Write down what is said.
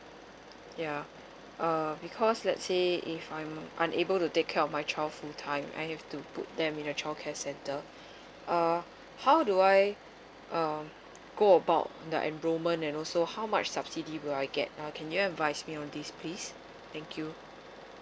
ya uh because let's say if I am unable to take care of my child full time I have to put them in a childcare center uh how do I um go about the enrollment and also how much subsidy will I get uh can you advise me on this please thank you